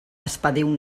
expediu